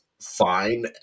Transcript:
fine